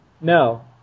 No